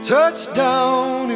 Touchdown